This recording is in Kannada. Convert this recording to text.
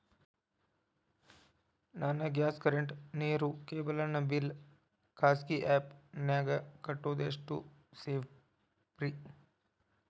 ನನ್ನ ಗ್ಯಾಸ್ ಕರೆಂಟ್, ನೇರು, ಕೇಬಲ್ ನ ಬಿಲ್ ಖಾಸಗಿ ಆ್ಯಪ್ ನ್ಯಾಗ್ ಕಟ್ಟೋದು ಎಷ್ಟು ಸೇಫ್ರಿ?